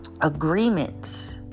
agreements